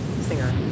Singer